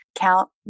count